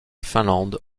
finlande